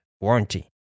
warranty